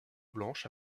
blanches